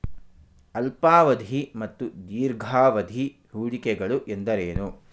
ಅಲ್ಪಾವಧಿ ಮತ್ತು ದೀರ್ಘಾವಧಿ ಹೂಡಿಕೆಗಳು ಎಂದರೇನು?